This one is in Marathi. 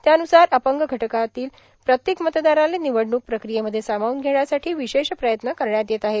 त्यान्सार अपंग घटकातील प्रत्येक मतदाराला निवडणूक प्रक्रियेमध्ये समावून घेण्यासाठी विशेष प्रयत्न करणयात येत आहेत